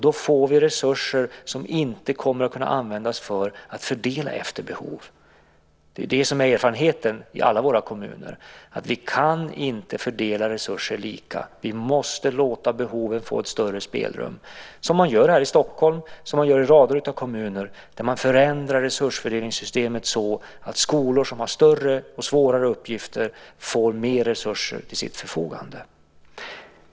Då får vi resurser som inte kommer att kunna användas för att fördela efter behov. Det är erfarenheten i alla våra kommuner: Vi kan inte fördela resurser lika. Vi måste låta behoven få ett större spelrum - som man gör här i Stockholm och i rader av kommuner. Man förändrar resursfördelningssystemet så att skolor som har större och svårare uppgifter får mer resurser till sitt förfogande.